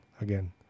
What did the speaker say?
again